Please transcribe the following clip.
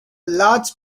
large